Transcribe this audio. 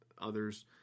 others